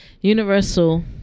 Universal